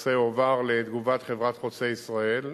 הנושא הועבר לתגובת חברת "חוצה ישראל"